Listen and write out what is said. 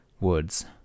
woods